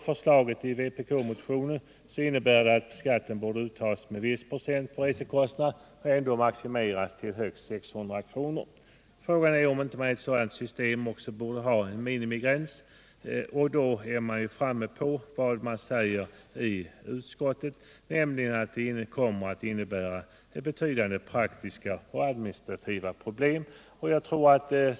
Förslaget i vpk-motionen innebär att skatten borde uttas med viss procent på resekostnaden, men maximeras till 600 kr. Frågan är om inte ett sådant system även borde ha en minimigräns. Då kommer vi in på vad som sägs av utskottet, nämligen att detta kommer att innebära betydande praktiska och administrativa problem.